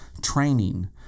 training